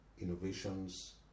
innovations